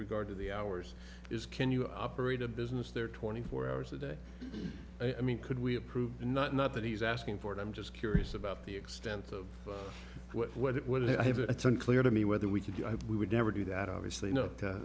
regard to the hours is can you operate a business there twenty four hours a day i mean could we approve not not that he's asking for it i'm just curious about the extent of what it would have it's unclear to me whether we could we would never do that obviously